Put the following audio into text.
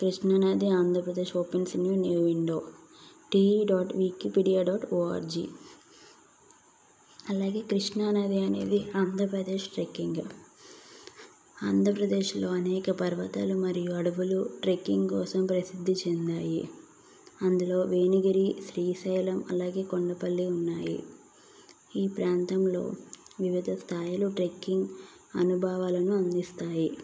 కృష్ణానది Andhra Pradesh opening new window TE dot Wikipedia dot ORG అలాగే కృష్ణా నది అనేది ఆంధ్రప్రదేశ్ ట్రెక్కింగ్ ఆంధ్రప్రదేశ్లో అనేక పర్వతాలు మరియు అడవులు ట్రెక్కింగ్ కోసం ప్రసిద్ధి చెందాయి అందులో వేణిగిరి శ్రీశైలం అలాగే కొండపల్లి ఉన్నాయి ఈ ప్రాంతంలో వివిధ స్థాయిలో ట్రెక్కింగ్ అనుభవాలను అందిస్తాయి